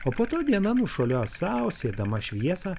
o po to diena nušuoliuos sau siedama šviesą